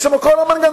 שם יש כל המנגנון.